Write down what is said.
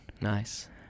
Nice